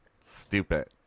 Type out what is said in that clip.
Stupid